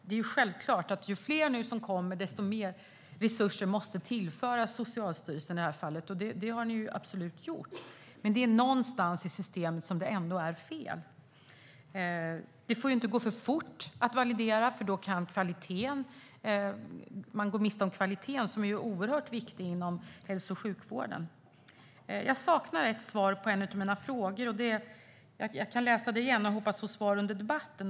Det är självklart att ju fler som kommer, desto mer resurser måste tillföras Socialstyrelsen. Det har regeringen absolut gjort. Men någonstans i systemet är det ändå fel. Det får inte gå för fort att validera. Då kan man gå miste om kvaliteten. Det är oerhört viktigt inom hälso och sjukvården. Jag saknade svar på en av mina frågor. Jag kan upprepa min fråga och hoppas få svar under debatten.